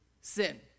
sin